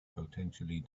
potentially